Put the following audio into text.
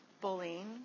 bullying